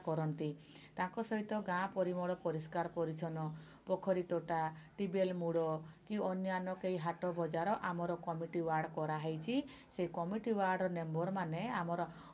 କରନ୍ତି ତାଙ୍କ ସହିତ ଗାଁ ପରିମଳ ପରିଷ୍କାର ପରିଚ୍ଛନ୍ନ ପୋଖରୀ ତୋଟା ଟିୱଲ୍ ମୋଡ଼ କି ଅନ୍ୟାନ୍ୟ କେହି ହାଟକୁ ଆମର କମିଟି ୱାର୍ଡ଼ କରାହୋଇଛି ସେ କମିଟି ୱାର୍ଡ଼ ମେମ୍ବର୍ ମାନେ ଆମର